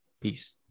peace